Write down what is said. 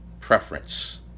preference